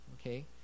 okay